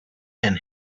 and